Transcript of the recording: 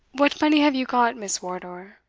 what money have you got, miss wardour?